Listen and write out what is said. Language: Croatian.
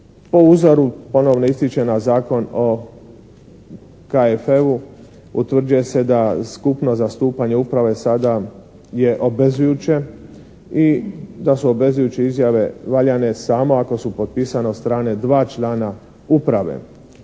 Po uzoru, ponovno ističem na Zakon o KFU utvrđuje se da skupno zastupanje uprave sada je obvezujuće i da su obvezujuće izjave valjane samo ako su potpisane od strane dva člana uprave.